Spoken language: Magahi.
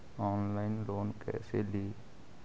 ऑनलाइन लोन कैसे ली?